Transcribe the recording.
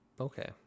Okay